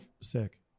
sick